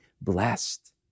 blessed